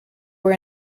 were